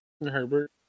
Herbert